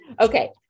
okay